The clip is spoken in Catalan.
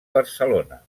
barcelona